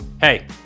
hey